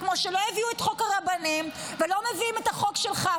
וכמו שלא הביאו את חוק הרבנים ולא מביאים את החוק שלך,